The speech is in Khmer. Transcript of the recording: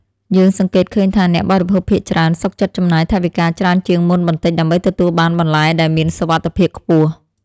យើងសង្កេតឃើញថាអ្នកបរិភោគភាគច្រើនសុខចិត្តចំណាយថវិកាច្រើនជាងមុនបន្តិច ដើម្បីទទួលបានបន្លែដែលមានសុវត្ថិភាពខ្ពស់។